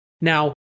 Now